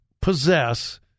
possess